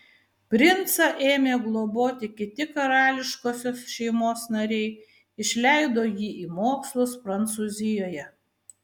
princą ėmė globoti kiti karališkosios šeimos nariai išleido jį į mokslus prancūzijoje